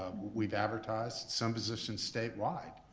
we've advertised some positions statewide.